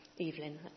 Evelyn